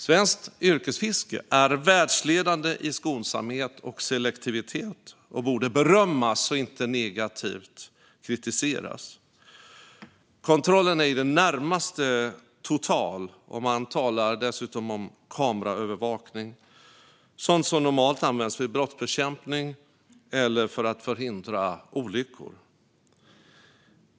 Svenskt yrkesfiske är världsledande i skonsamhet och selektivitet och borde berömmas, inte kritiseras. Kontrollen är i det närmaste total, och man talar dessutom om kameraövervakning - sådant som normalt används vid brottsbekämpning eller för att förhindra olyckor.